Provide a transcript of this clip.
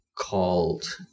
called